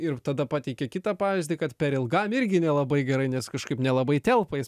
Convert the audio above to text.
ir tada pateiki kitą pavyzdį kad per ilgam irgi nelabai gerai nes kažkaip nelabai telpa jis